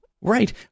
Right